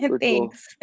thanks